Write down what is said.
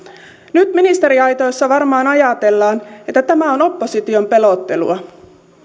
nyt ministeriaitiossa varmaan ajatellaan että tämä on opposition pelottelua